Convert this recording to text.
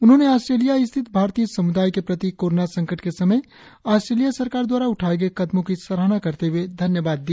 उन्होंने ऑस्ट्रेलिया स्थित भारतीय सम्दाय के प्रति कोरोना संकट के समय ऑस्ट्रेलिया सरकार द्वारा उठाये गये कदमों की सराहना करते ह्ए धन्यवाद दिया